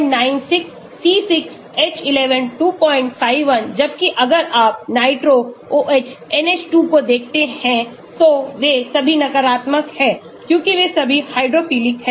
C6 H11 251 जबकि अगर आप नाइट्रो OH NH2 को देखते तो वे सभी नकारात्मक हैं क्योंकि वे सभी हाइड्रोफिलिक हैं